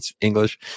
English